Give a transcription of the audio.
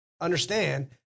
Understand